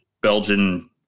Belgian